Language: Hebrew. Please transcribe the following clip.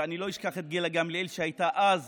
ואני לא אשכח את גילה גמליאל, שהייתה אז